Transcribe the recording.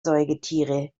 säugetiere